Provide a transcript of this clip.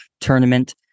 tournament